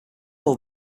all